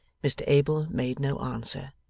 mr abel made no answer,